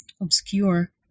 obscure